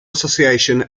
association